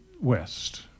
West